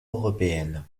européenne